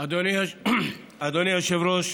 אדוני היושב-ראש,